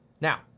Now